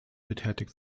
betätigt